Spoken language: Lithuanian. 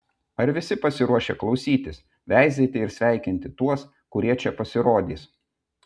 ar visi pasiruošę klausytis veizėti ir sveikinti tuos kurie čia pasirodys